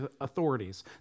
authorities